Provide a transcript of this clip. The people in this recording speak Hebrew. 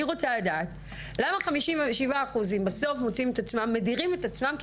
אני רוצה לדעת למה 57% בסוף מדירים את עצמם מלקבל